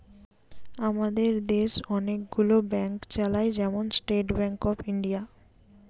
আমাদের দেশ অনেক গুলো ব্যাংক চালায়, যেমন স্টেট ব্যাংক অফ ইন্ডিয়া